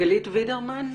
גלית וידרמן.